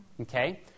Okay